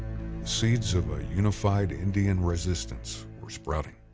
seeds of a unified indian resistance were sprouting.